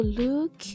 look